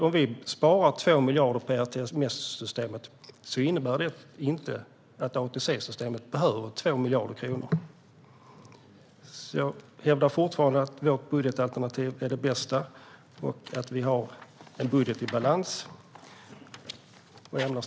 Om vi sparar 2 miljarder på ERTMS-systemet innebär det alltså inte att ATC-systemet behöver 2 miljarder kronor. Jag hävdar fortfarande att vårt budgetalternativ är det bästa och att vi har en budget i balans.